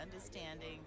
understanding